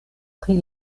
pri